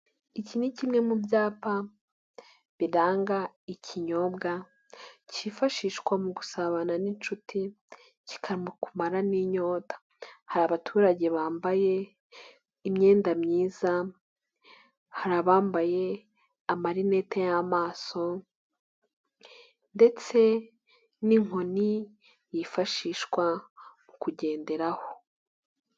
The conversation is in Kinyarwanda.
Iki ni kimwe mu byapa biranga ikinyobwa cyifashishwa mu gusabana n'inshuti kikanakumara n'inyota, hari abaturage bambaye imyenda myiza, hari abambaye amarinete y'amaso ndetse n'inkoni yifashishwa mu kugenderaho.